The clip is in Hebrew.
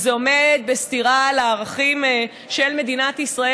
וזה עומד בסתירה לערכים של מדינת ישראל